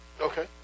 Okay